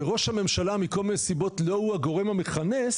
וראש הממשלה מכל מיני סיבות לא הוא הגורם המכנס,